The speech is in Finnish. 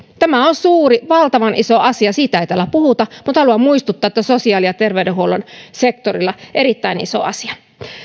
tämä on suuri valtavan iso asia siitä ei täällä puhuta mutta haluan muistuttaa että se on sosiaali ja terveydenhuollon sektorilla erittäin iso asia